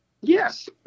yes